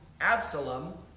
Absalom